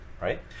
right